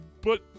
but-